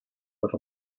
with